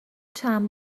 چند